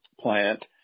plant